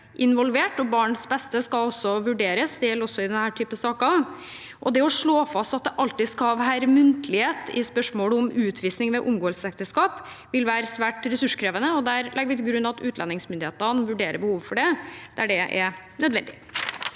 og barnets beste skal vurderes. Det gjelder også i denne typen saker. Det å slå fast at det alltid skal være muntlighet i spørsmål om utvisning ved omgåelsesekteskap, vil være svært ressurskrevende. Der legger vi til grunn at utlendingsmyndighetene vurderer behov for det der det er nødvendig.